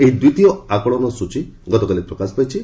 ଏହି ଦ୍ୱିତୀୟ ଆକଳନ ସ୍ୱଚୀ ଗତକାଲି ପ୍ରକାଶ ପାଇଛି